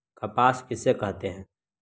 कपास किसे कहते हैं?